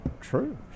true